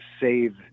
save